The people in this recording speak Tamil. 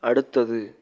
அடுத்தது